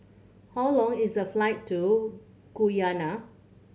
how long is the flight to Guyana